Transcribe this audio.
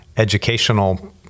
educational